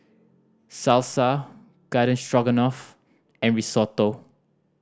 Salsa Garden Stroganoff and Risotto